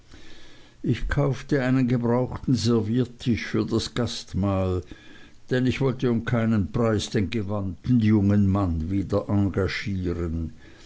ich kaufte einen gebrauchten serviertisch für das gastmahl denn ich wollte um keinen preis den gewandten jungen mann wieder engagieren